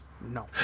No